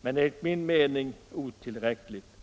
men det är enligt min mening otillräckligt.